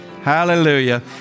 hallelujah